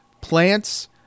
plants